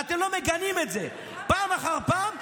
ואתם לא מגנים את זה פעם אחר פעם,